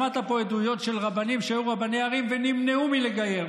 שמעת פה עדויות של רבים שהיו רבני ערים ונמנעו מלגייר,